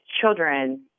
children